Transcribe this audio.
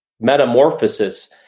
metamorphosis